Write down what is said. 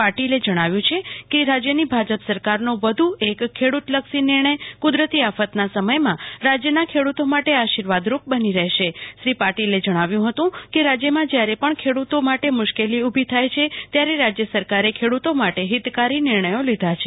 પાટિલે જણાવ્યુ કે રાજયની ભાજપ સરકારનો એક ખેડુ તલક્ષી નિર્ણય કુદરતી આફતના સમયમાં રાજ્યના ખેડુતો માટે આર્શિવાદરૂપ બની રેહેશે શ્રી પાટિલે જણાવ્યુ હતુ કે રાજ્યમાં જ્યારે પણ ખેડુતો માટે મુશ્કેલી ઉભી થાય છે ત્યારે રાજ્ય સરકારે ખેડુતો માટે હિતકારી નિર્ણયો લીધા છે